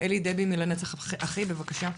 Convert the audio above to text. אלי דבי מ"לנצח אחי" בבקשה.